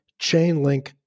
Chainlink